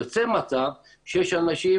יוצא מצב שיש אנשים,